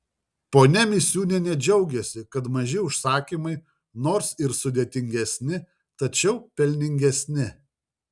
ponia misiūnienė džiaugiasi kad maži užsakymai nors ir sudėtingesni tačiau pelningesni